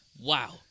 Wow